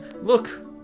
Look